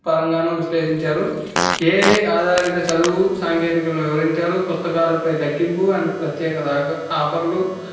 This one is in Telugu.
పరంగానూ విశ్లేషించారు ఏఏ ఆధారిత చదువు సాంకేతికలను వివరించారు పుస్తకాలపై తగ్గింపు అండ్ ప్రత్యేకత ఆఫర్లు